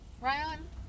Ryan